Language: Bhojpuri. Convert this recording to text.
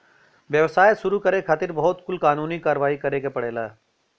व्यवसाय शुरू करे खातिर बहुत कुल कानूनी कारवाही करे के पड़ेला